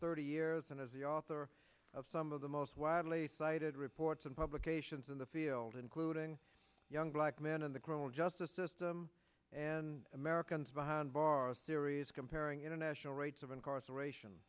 thirty years and is the author of some of the most widely cited reports in publications in the field including young black men in the criminal justice system and americans behind bars series comparing international rates of incarceration